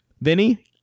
Vinny